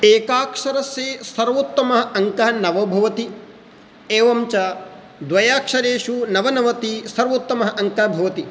एकाक्षरस्य सर्वोत्तमः अङ्कः नव भवति एवञ्च द्व्यक्षरेषु नवनवति सर्वोत्तमः अङ्कः भवति